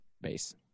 base